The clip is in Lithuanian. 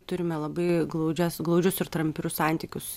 turime labai glaudžias glaudžius ir tamprius santykius